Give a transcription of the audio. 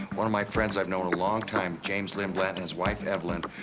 one of my friends i've known a long time, james lindblad and his wife evelyn,